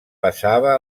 passava